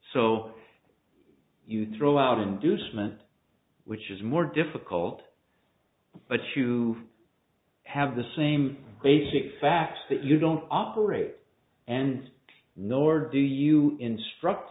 so you throw out an inducement which is more difficult but you have the same basic fact that you don't operate and nor do you instruct